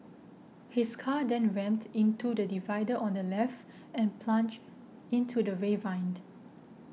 his car then rammed into the divider on the left and plunged into the ravine